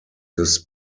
this